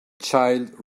child